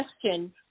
question